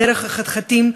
דרך החתחתים,